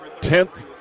Tenth